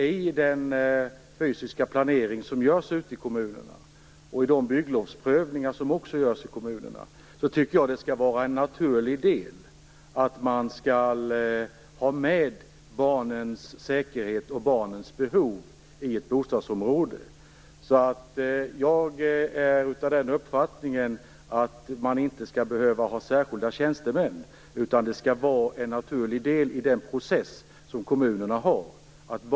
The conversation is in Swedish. I den fysiska planering som görs ute i kommunerna och i de bygglovsprövningar som också görs i kommunerna tycker jag att det skall vara en naturlig del att man skall ha med barnens säkerhet och barnens behov i ett bostadsområde. Jag är alltså av den uppfattningen att man inte skall behöva ha särskilda tjänstemän för detta utan att det skall vara en naturlig del i den process som pågår ute i kommunerna.